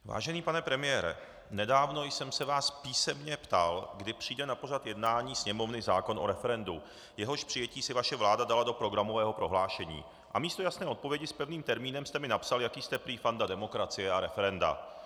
Vážený pane premiére, nedávno jsem se vás písemně ptal, kdy přijde na pořad jednání Sněmovny zákon o referendu, jehož přijetí si vaše vláda dala do programového prohlášení, a místo jasné odpovědi s pevným termínem jste mi napsal, jaký jste prý fanda demokracie a referenda.